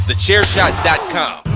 TheChairShot.com